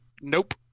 Nope